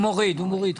הוא מוריד.